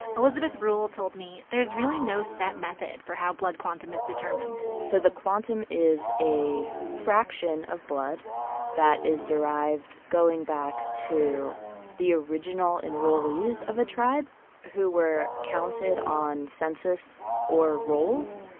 elizabeth rule told me there's really no set method for how blood quantum is determined so the quantum is a fraction of blood that is derived going back to the original enrollees of a tribe who were counted on census or rolls.